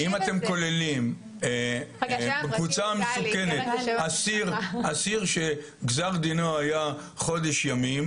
אם אתם כוללים בקבוצה המסוכנת אסיר שגזר דינו היה חודש ימים